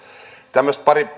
tämmöistä